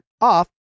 off